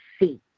see